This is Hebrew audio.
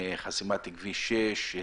חסימת כביש 6,